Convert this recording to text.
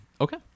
Okay